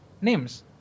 Names